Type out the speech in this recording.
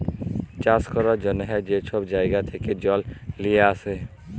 চাষ ক্যরার জ্যনহে যে ছব জাইগা থ্যাকে জল লিঁয়ে আসে